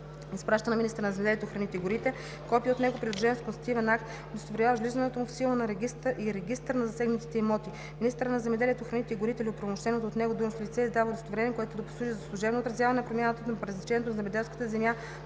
изпраща на министъра на земеделието, храните и горите копие от него, придружено с констативен акт, удостоверяващ влизането му в сила и регистър на засегнатите имоти. Министърът на земеделието, храните и горите или оправомощено от него длъжностно лице издава удостоверение, което да послужи за служебно отразяване на промяната на предназначението на земеделската земя